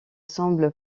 semble